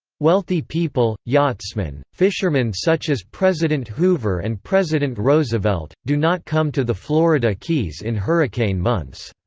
wealthy people, yachtsmen, fishermen such as president hoover and president roosevelt, do not come to the florida keys in hurricane months.